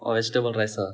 oh vegetable rice ah